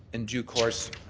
in due course,